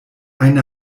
eine